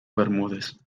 bermúdez